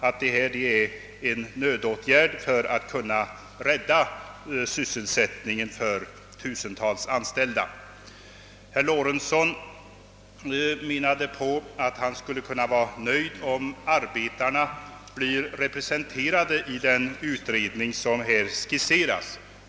Men det som här föreslås är en nödvändig åtgärd för att kunna rädda sysselsättningen åt tusentals anställda. rade i den utredning som här aktualiseras.